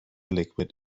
liquid